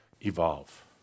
evolve